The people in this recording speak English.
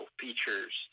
features